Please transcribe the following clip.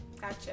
Gotcha